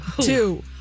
Two